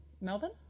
Melbourne